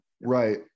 Right